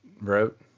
wrote